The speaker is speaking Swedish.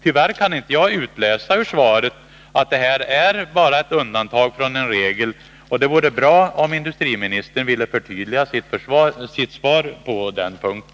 Tyvärr kan jag inte utläsa ur svaret att detta bara är ett undantag från en regel, och det vore bra om industriministern ville förtydliga sitt svar på den punkten.